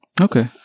Okay